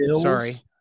sorry